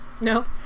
No